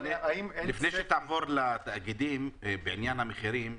לפני שתעבור לתאגידים בעניין המחירים,